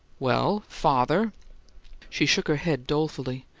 well, father she shook her head dolefully.